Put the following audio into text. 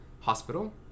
hospital